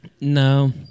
no